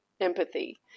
empathy